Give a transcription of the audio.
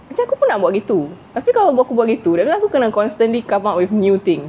aku pun nak buat gitu tapi kalau buat gitu then aku kena constantly come up with new things